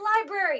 library